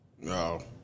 No